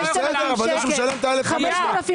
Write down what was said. מישהו שצריך את הקנאביס הרפואי,